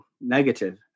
negative